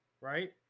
Right